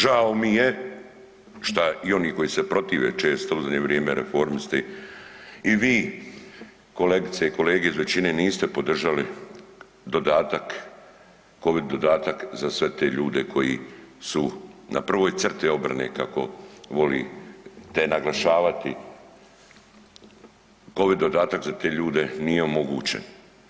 Žao mi je šta i oni koji se protive često u zadnje vrijeme Reformisti i vi kolegice i kolege iz većine niste podržali dodatak covid dodatak za sve te ljude koji su na prvoj crti obrane kako volite naglašavati, covid dodatak za te ljude nije omogućen.